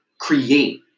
create